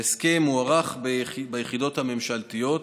ההסכם הוארך ביחידות הממשלתיות,